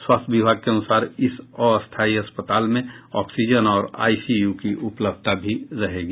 स्वास्थ्य विभाग के अनुसार इस अस्थायी अस्पताल में ऑक्सीजन और आईसीयू की उपलब्धता भी रहेगी